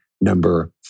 number